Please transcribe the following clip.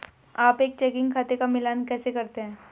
आप एक चेकिंग खाते का मिलान कैसे करते हैं?